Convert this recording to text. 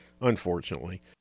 unfortunately